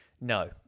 No